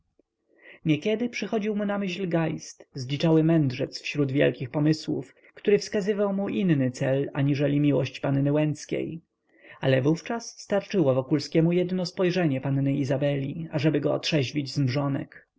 niekiedy przychodził mu na myśl geist zdziczały mędrzec wśród wielkich pomysłów który wskazywał mu inny cel aniżeli miłość panny łęckiej ale wówczas starczyło wokulskiemu jedno spojrzenie panny izabeli ażeby go otrzeźwić